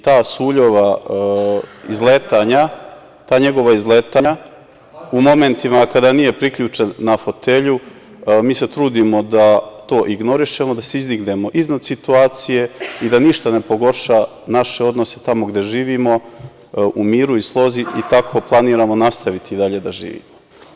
Ta Suljova izletanja, ta njegova izletanja u momentima kada nije priključen na fotelju, mi se trudimo da to ignorišemo, da se izdignemo iznad situacije i da ništa ne pogorša naše odnose tamo gde živimo u miru i slozi, i tako planiramo nastaviti dalje da živimo.